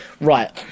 Right